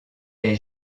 est